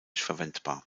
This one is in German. verwendbar